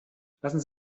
lassen